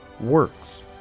works